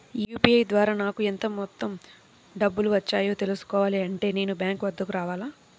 UPI ద్వారా నాకు ఎంత మొత్తం డబ్బులు వచ్చాయో తెలుసుకోవాలి అంటే నేను బ్యాంక్ వద్దకు రావాలా?